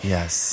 Yes